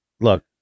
look